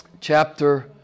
chapter